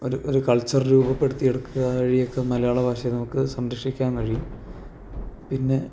ഒരുഒര് culture രൂപപ്പെടുത്തിയെടുക്കുകവഴിയൊക്കെ മലയാള ഭാഷയെ നമുക്ക് സംരക്ഷിക്കാൻ കഴിയും പിന്നെ